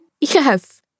Yes